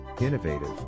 Innovative